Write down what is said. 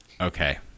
Okay